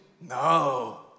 No